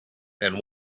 and